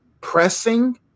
pressing